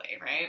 right